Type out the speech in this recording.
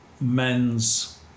men's